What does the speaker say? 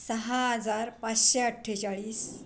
सहा हजार पाचशे अठ्ठेचाळीस